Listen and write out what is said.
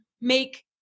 make